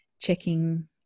checking